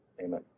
Amen